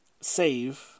save